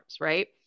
right